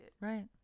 Right